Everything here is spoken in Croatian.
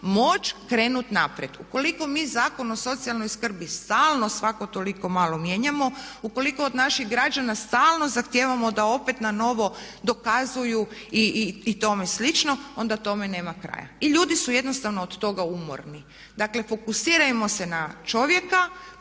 moći krenuti naprijed. Ukoliko mi Zakon o socijalnoj skrbi stalno svako toliko malo mijenjamo, ukoliko od naših građana stalno zahtijevamo da opet na novo dokazuju i tome slično, onda tome nema kraja. I ljudi su jednostavno od toga umorni. Dakle, fokusirajmo se na čovjeka,